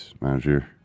manager